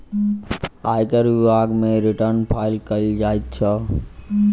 आयकर विभाग मे रिटर्न फाइल कयल जाइत छै